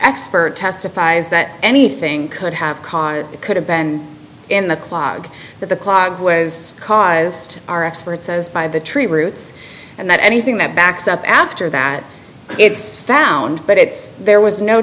expert testifies that anything could have caused it could have been in the clog that the clog was caused our expert says by the tree roots and that anything that backs up after that it's found but it's there was no